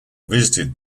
visited